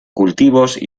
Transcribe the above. cultivos